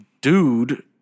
dude